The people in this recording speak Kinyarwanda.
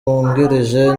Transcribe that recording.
wungirije